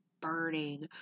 burning